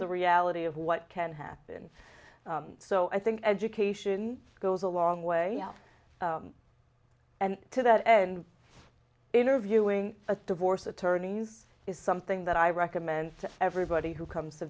the reality of what can happen so i think education goes a long way and to that end interviewing a divorce attorneys is something that i recommend everybody who comes to